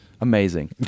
Amazing